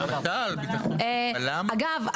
אגב,